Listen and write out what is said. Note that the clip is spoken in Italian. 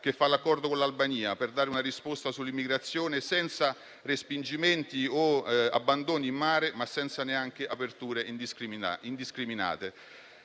che fa l'accordo con l'Albania per dare una risposta sull'immigrazione senza respingimenti o abbandoni in mare, ma senza neanche aperture indiscriminate.